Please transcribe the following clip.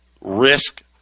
risk